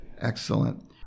Excellent